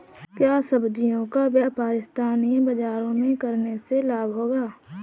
क्या सब्ज़ियों का व्यापार स्थानीय बाज़ारों में करने से लाभ होगा?